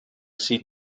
sieht